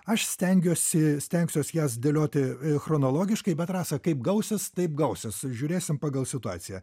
aš stengiuosi stengsiuos jas dėlioti chronologiškai bet rasa kaip gausis taip gausis sužiūrėsim pagal situaciją